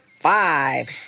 five